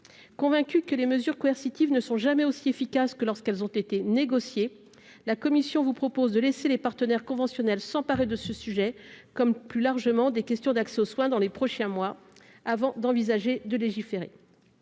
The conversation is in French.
Convaincue que les mesures coercitives ne sont jamais aussi efficaces que lorsqu'elles ont été négociées, la commission vous propose de laisser les partenaires conventionnels s'emparer de ce sujet comme, plus largement, des questions d'accès aux soins dans les prochains mois, avant d'envisager de légiférer.